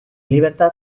libertad